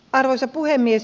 arvoisa puhemies